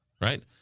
right